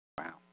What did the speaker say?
Wow